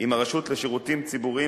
עם הרשות לשירותים ציבוריים,